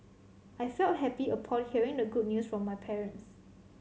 I felt happy upon hearing the good news from my parents